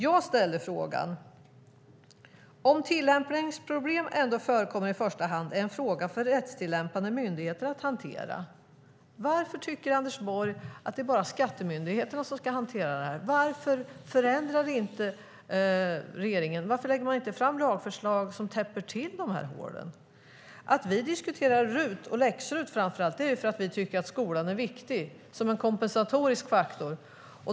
Jag ställde en fråga om detta att om tillämpningsproblem ändå förekommer är det i första hand en fråga för rättstillämpande myndigheter att hantera. Varför tycker Anders Borg att det bara är skattemyndigheterna som ska hantera det här? Varför lägger inte regeringen fram lagförslag som täpper till de här hålen? Att vi diskuterar RUT och framför allt läx-RUT är för att vi tycker att skolan är viktig som kompensatorisk faktor.